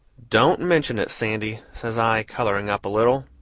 don't mention it, sandy, says i, coloring up a little